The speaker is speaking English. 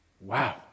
Wow